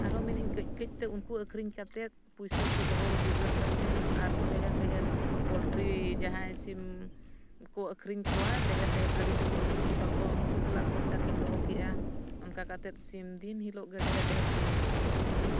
ᱟᱨᱦᱚᱸ ᱢᱮᱱᱮᱫ ᱟᱹᱧ ᱠᱟᱹᱡ ᱠᱟᱹᱡᱛᱮ ᱩᱱᱠᱩ ᱟᱹᱠᱷᱨᱤᱧ ᱠᱟᱛᱮᱜᱫ ᱯᱚᱭᱥᱟ ᱠᱚ ᱫᱚᱦᱚ ᱡᱚᱜᱟᱲ ᱠᱟᱛᱮᱱ ᱟᱨᱦᱚᱸ ᱰᱷᱮᱨ ᱰᱷᱮᱨ ᱯᱳᱞᱴᱨᱤ ᱡᱟᱦᱟᱸᱭ ᱥᱤᱢ ᱠᱚ ᱟᱹᱠᱷᱨᱤᱧ ᱠᱚᱣᱟ ᱰᱷᱮᱨ ᱰᱷᱮᱨ ᱜᱟᱹᱰᱤ ᱛᱮᱠᱚ ᱟᱹᱜᱩ ᱦᱚᱴᱚ ᱠᱟᱠᱚᱣᱟ ᱩᱱᱠᱩ ᱥᱟᱞᱟᱜ ᱠᱚᱱᱴᱟᱠᱴ ᱤᱧ ᱫᱚᱦᱚ ᱠᱮᱜᱼᱟ ᱚᱱᱠᱟ ᱠᱟᱛᱮᱫ ᱥᱤᱢ ᱫᱤᱱ ᱦᱤᱞᱳᱜ ᱜᱮ ᱰᱷᱮᱨ ᱰᱷᱮᱨ ᱠᱚ ᱟᱹᱜᱩ ᱦᱚᱴᱚ ᱟᱹᱧᱟᱹ ᱥᱤᱢ